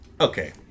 Okay